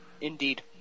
indeed